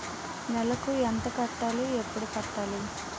నెలకు ఎంత కట్టాలి? ఎప్పుడు కట్టాలి?